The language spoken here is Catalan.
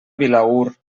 vilaür